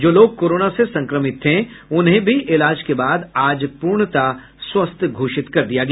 जो लोग कोरोना से संक्रमित थे उन्हें भी इलाज के बाद आज पूर्णतः स्वस्थ घोषित किया गया